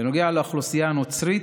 בנוגע לאוכלוסייה הנוצרית,